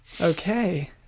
Okay